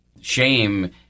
shame